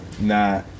nah